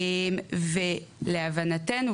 להבנתנו,